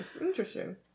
Interesting